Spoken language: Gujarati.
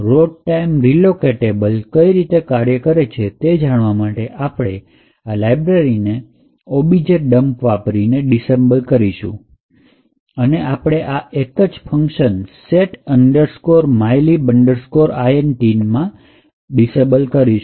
લોડ ટાઈમ રીલોકેટેબલ કઈ રીતે કાર્ય કરે છે તે જાણવા માટે આપણે આ લાયબ્રેરીને objdump વાપરીને ડિસેમ્બલ કરીશું અને આપણે આ એક જ ફંકશન set mylib int માં ને ડિસંબલ કરશું